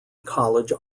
college